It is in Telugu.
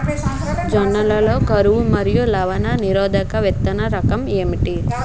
జొన్న లలో కరువు మరియు లవణ నిరోధక విత్తన రకం ఏంటి?